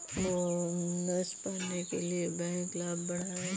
bonus पाने के लिए बैंक लाभ बढ़ाएं